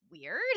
weird